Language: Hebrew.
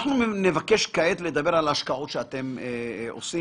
אנחנו נבקש כעת לדבר על ההשקעות שאתם עושים,